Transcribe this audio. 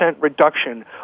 reduction